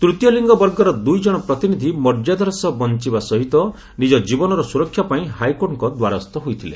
ତୂତୀୟ ଲିଙ୍ଗ ବର୍ଗର ଦୁଇଜଣ ପ୍ରତିନିଧି ମର୍ଯ୍ୟାଦାର ସହ ବଞ୍ଚବା ସହିତ ନିଜ ଜୀବନର ସୁରକ୍ଷା ପାଇଁ ହାଇକୋର୍ଟଙ୍କ ଦ୍ୱାରସ୍ଥ ହୋଇଥିଲେ